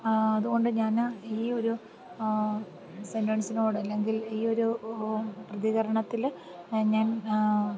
അതുകൊണ്ട് ഞാൻ ഈ ഒരു സെൻറൻസിനോട് അല്ലെങ്കിൽ ഈ ഒരു പ്രതികരണത്തിൽ ഞാൻ